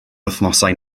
wythnosau